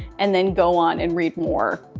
and then go on and read more.